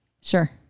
sure